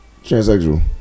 transsexual